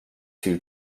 two